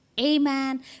Amen